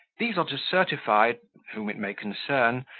these are to certify whom it may concern,